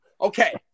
Okay